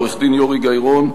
עורך-דין יורי גיא-רון,